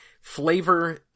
Flavor